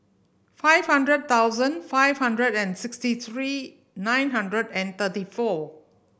five hundred thousand five hundred and sixty three nine hundred and thirty four